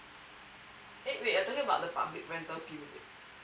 eh wait you are talking about the public renting scheme is it